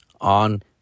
on